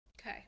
Okay